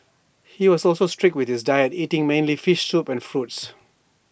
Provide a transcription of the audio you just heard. he was also strict with his diet eating mainly fish soup and fruits